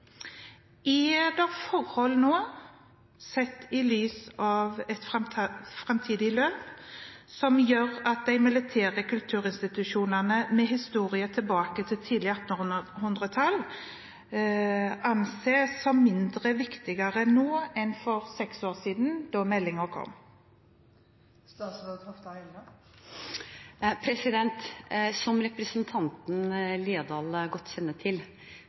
Er det forhold nå – sett i lys av et framtidig løp – som gjør at de militære kulturinstitusjonene, med historie tilbake til tidlig på 1800-tallet, anses som mindre viktige nå enn for seks år siden, da meldingen kom? Som representanten Haukeland Liadal godt kjenner til,